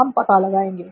हम पता लगाएंगे